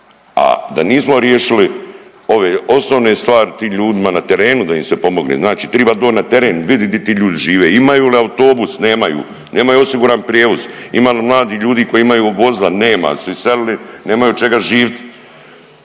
a da nismo riješili ove osnovne stvari tim ljudima na terenu da im se pomogne. Znači triba doć na teren, vidit di ti ljudi žive, imaju li autobus, nemaju. Nemaju osiguran prijevoz. Ima li mladih ljudi koji imaju vozila? Nema. Jer su iselili, nemaju od čega živit.